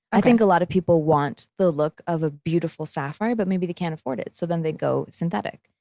i think a lot of people want the look of a beautiful sapphire but maybe they can't afford it. so then they go synthetic,